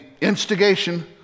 instigation